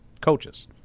coaches